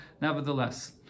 nevertheless